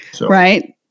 right